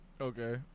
Okay